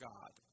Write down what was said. God